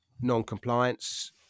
non-compliance